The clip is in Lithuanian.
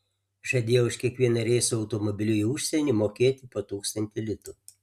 žadėjo už kiekvieną reisą automobiliu į užsienį mokėti po tūkstantį litų